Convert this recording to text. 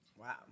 Wow